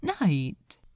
night